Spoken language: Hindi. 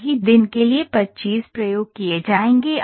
एक ही दिन के लिए 25 प्रयोग किए जाएंगे